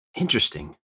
interesting